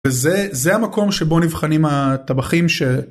וזה המקום שבו נבחנים הטבחים.